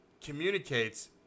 communicates